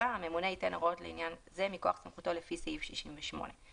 ולתוקפה; הממונה ייתן הוראות לעניין זה מכוח סמכותו לפי סעיף 68 לחוק,